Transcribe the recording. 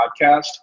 podcast